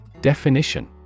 Definition